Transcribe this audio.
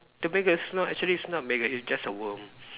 the maggots no actually it's not maggot it's just a worm